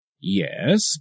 Yes